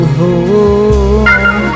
home